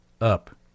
up